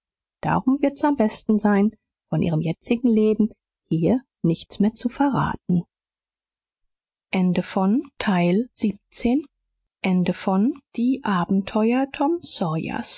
darum wird's am besten sein von ihrem jetzigen leben hier nichts mehr zu verraten end of the project gutenberg ebook of die abenteuer tom